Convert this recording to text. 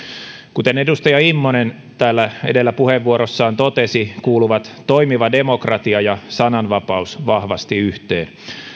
kuten edustaja immonen täällä edellä puheenvuorossaan totesi kuuluvat toimiva demokratia ja sananvapaus vahvasti yhteen